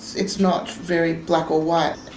it's not very black or white.